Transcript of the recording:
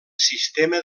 sistema